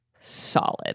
solid